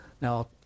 Now